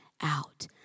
out